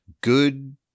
good